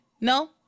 no